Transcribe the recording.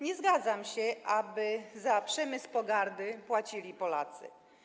Nie zgadzam się, aby za przemysł pogardy płacili Polacy.